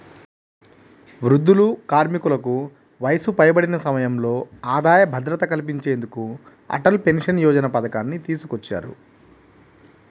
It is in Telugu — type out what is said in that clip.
వృద్ధులు, కార్మికులకు వయసు పైబడిన సమయంలో ఆదాయ భద్రత కల్పించేందుకు అటల్ పెన్షన్ యోజన పథకాన్ని తీసుకొచ్చారు